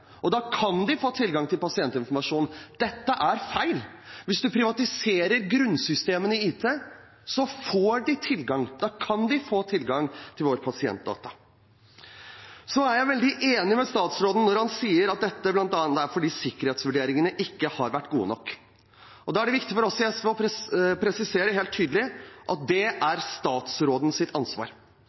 og da kan de få tilgang til pasientinformasjon. Dette er feil. Hvis man privatiserer grunnsystemene i IT, så får de tilgang, da kan de få tilgang til våre pasientdata. Jeg er veldig enig med statsråden når han sier at dette bl.a. skjer fordi sikkerhetsvurderingene ikke har vært gode nok. Da er det viktig for oss i SV å presisere helt tydelig at dét er statsråden sitt ansvar.